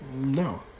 No